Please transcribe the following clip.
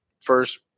first